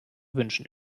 wünschen